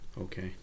Okay